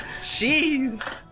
Jeez